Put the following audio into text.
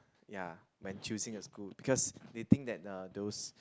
ya when choosing a school because they think that uh those